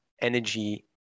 energy